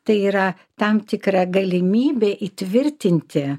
tai yra tam tikra galimybė įtvirtinti